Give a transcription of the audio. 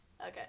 Okay